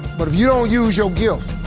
but if you don't use your gift,